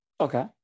Okay